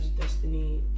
destiny